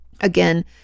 Again